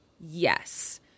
Yes